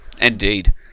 Indeed